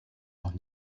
noch